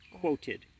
quoted